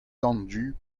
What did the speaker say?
tendus